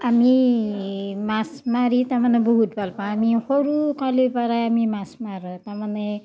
আমি মাছ মাৰি তাৰমানে বহুত ভাল পাওঁ আমি সৰু কালৰ পৰাই আমি মাছ মাৰোঁ তাৰ মানে